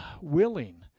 willing